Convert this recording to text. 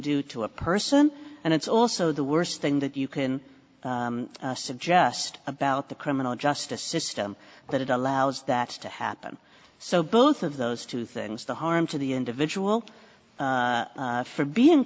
do to a person and it's also the worst thing that you can suggest about the criminal justice system that allows that to happen so both of those two things the harm to the individual for being